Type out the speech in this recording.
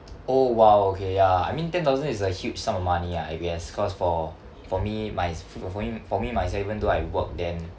oh !wow! okay ya I mean ten thousand is a huge sum of money ah I guess cause for for me my for for for me myself even though I work then